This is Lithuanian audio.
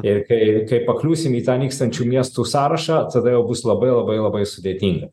ir kai kai pakliūsim į tą nykstančių miestų sąrašą tada jau bus labai labai labai sudėtinga